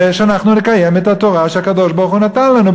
שאנחנו נקיים את התורה שהקדוש-ברוך-הוא נתן לנו.